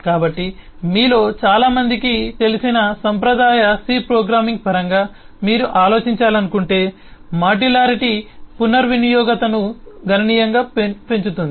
కాబట్టి మీలో చాలామందికి తెలిసిన సంప్రదాయ సి ప్రోగ్రామింగ్ పరంగా మీరు ఆలోచించాలనుకుంటే మాడ్యులారిటీ పునర్వినియోగతను గణనీయంగా పెంచుతుంది